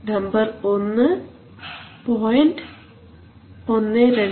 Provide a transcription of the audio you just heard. number 1 0